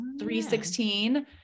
316